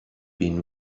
been